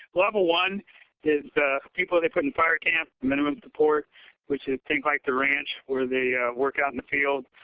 level one is the people they put in fire camp, minimum support which is things like the ranch where they work out in the field.